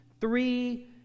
three